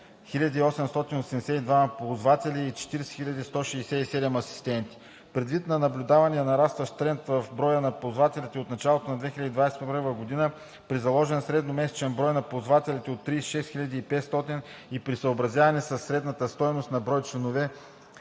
38 882 ползватели и 40 167 асистенти. Предвид на наблюдавания нарастващ тренд в броя на ползватели от началото на 2021 г., при заложен средномесечен брой на ползвателите от 36 500 и при съобразяване със средната стойност на брой часове